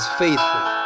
faithful